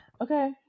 okay